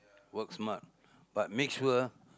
work smart but make sure